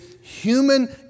human